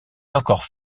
encore